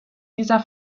dieser